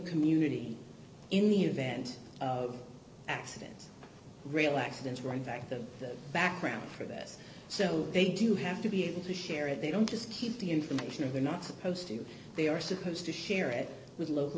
community in the event of accidents real accidents were in fact the background for this so they do have to be able to share it they don't just keep the information or they're not supposed to they are supposed to share it with local